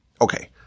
Okay